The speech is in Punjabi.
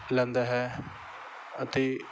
ਲੈਂਦਾ ਹੈ ਅਤੇ